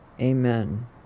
Amen